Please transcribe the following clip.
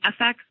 FX